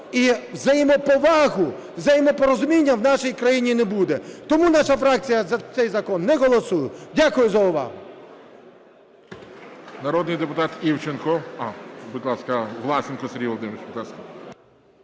і взаємоповагу, взаємопорозуміння в нашій країні не буде. Тому наша фракція за цей закон не голосує. Дякую за увагу.